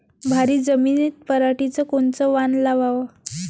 भारी जमिनीत पराटीचं कोनचं वान लावाव?